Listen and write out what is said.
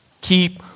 Keep